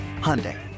Hyundai